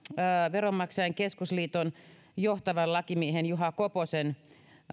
veronmaksajain keskusliiton johtavan lakimiehen juha koposen